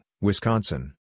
Wisconsin